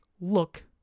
look